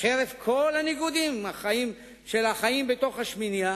חרף כל הניגודים של החיים בתוך השמינייה